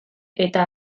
eta